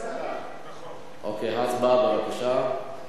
הצבעה, בבקשה.